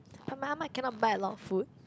but my ah-ma cannot bite a lot of food